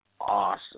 Awesome